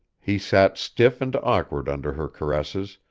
he sat stiff and awkward under her caresses,